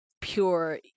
pure